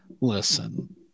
Listen